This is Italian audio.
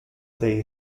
dei